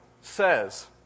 says